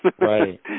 Right